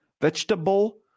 vegetable